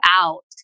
out